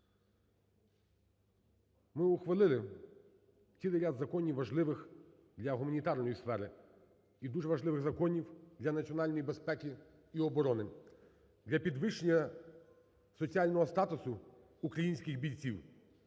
Ми ухвалили цілий ряд законів важливих для гуманітарної сфери і дуже важливих законів для національної безпеки і оборони, для підвищення соціального статусу українських бійців.